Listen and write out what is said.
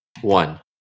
One